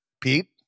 Pete